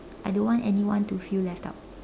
I don't want anyone to feel left out